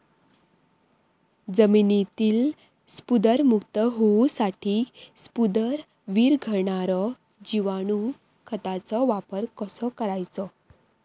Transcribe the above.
जमिनीतील स्फुदरमुक्त होऊसाठीक स्फुदर वीरघळनारो जिवाणू खताचो वापर कसो करायचो?